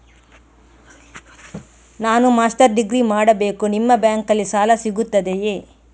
ನಾನು master degree ಮಾಡಬೇಕು, ನಿಮ್ಮ ಬ್ಯಾಂಕಲ್ಲಿ ಸಾಲ ಸಿಗುತ್ತದೆಯೇ?